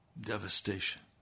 devastation